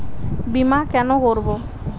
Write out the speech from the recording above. বিমা কেন করব?